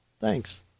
thanks